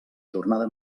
jornada